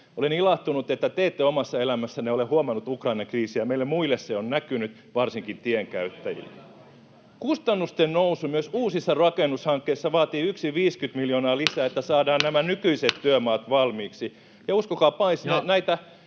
Olen ilahtunut, että te ette omassa elämässänne ole huomannut Ukrainan kriisiä. Meille muille se on näkynyt, varsinkin tienkäyttäjille. [Oikealta: Voi voi!] Kustannusten nousu myös uusissa rakennushankkeissa vaatii yksin 50 miljoonaa lisää, että saadaan nämä nykyiset työmaat valmiiksi. Ja uskokaa pois, näitä